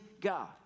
God